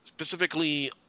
Specifically